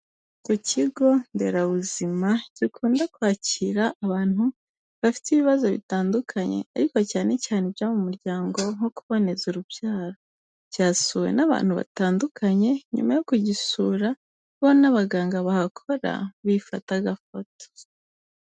Ku kigo nderabuzima gikunda kwakira abantu bafite ibibazo bitandukanye ariko cyane cyane ibyo mu muryango nko kuboneza urubyaro, cyasuwe n'abantu batandukanye, nyuma yo kugisura bo n'abaganga bahakora bifata agafoto.